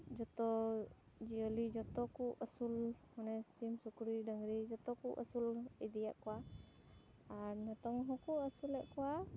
ᱡᱚᱛᱚ ᱡᱤᱭᱟᱹᱞᱤ ᱡᱚᱛᱚ ᱠᱚ ᱟᱹᱥᱩᱞ ᱢᱟᱱᱮ ᱥᱤᱢ ᱥᱩᱠᱨᱤ ᱰᱟᱹᱝᱨᱤ ᱢᱟᱱᱮ ᱡᱚᱛᱚ ᱠᱚ ᱟᱹᱥᱩᱞ ᱤᱫᱤᱭᱮᱫ ᱠᱚᱣᱟ ᱟᱨ ᱱᱤᱛᱚᱝ ᱦᱚᱸᱠᱚ ᱟᱹᱥᱩᱞᱮᱫ ᱠᱚᱣᱟ